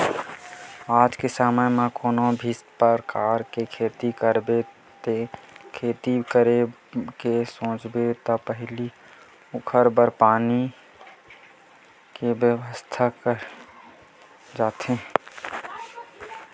आज के समे म कोनो भी परकार के खेती करबे ते खेती करे के सोचबे त पहिली ओखर बर पानी के बेवस्था करे जाथे